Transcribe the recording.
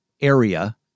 area